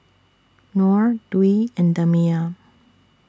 Nor Dwi and Damia